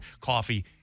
coffee